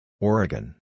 Oregon